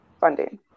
funding